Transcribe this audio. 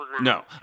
No